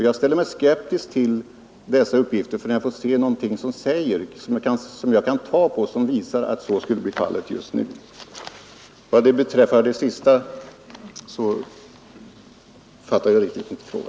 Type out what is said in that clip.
Jag ställer mig skeptisk till dessa uppgifter till dess att jag fått se något som mera påtagligt visar att så skulle bli fallet just nu. Den sista frågan förstod jag inte riktigt.